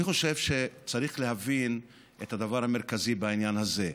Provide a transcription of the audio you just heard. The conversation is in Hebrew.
אני חושב שצריך להבין את הדבר המרכזי בעניין הזה.